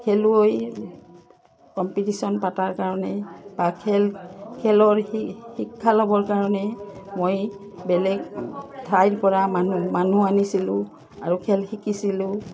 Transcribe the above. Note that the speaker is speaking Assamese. খেলুৱৈ কম্পিটিশ্যন পতাৰ কাৰণে বা খেল খেলৰ শিক্ষা ল'বৰ কাৰণে মই বেলেগ ঠাইৰপৰা মানুহ মানুহ আনিছিলোঁ আৰু খেল শিকিছিলোঁ